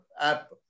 app